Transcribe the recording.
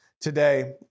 today